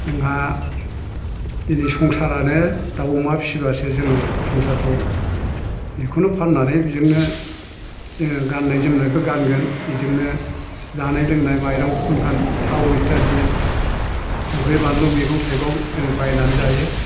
जोंहा दिनै संसारानो दाव अमा फिसिबासो जोङो संसारखौ बिखौनो फाननानै बिजोंनो जोङो गाननाय जोमनायबो गानगोन बेजोंनो जानाय लोंनाय माइरं खुनखान थाव इटादि संख्रि बानलु मैगं थाइगं जों बायनानै जायो